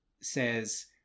says